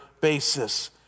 basis